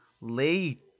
late